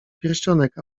pierścionek